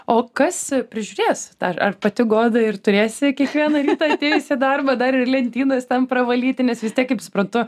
o kas prižiūrės ar ar pati goda ir turėsi kiekvieną rytą atėjus į darbą dar ir lentynas ten pravalyti nes vis tiek kaip suprantu